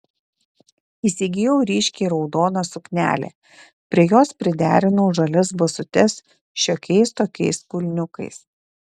įsigijau ryškiai raudoną suknelę prie jos priderinau žalias basutes šiokiais tokiais kulniukais